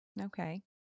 Okay